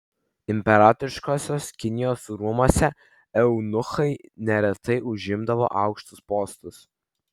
imperatoriškosios kinijos rūmuose eunuchai neretai užimdavo aukštus postus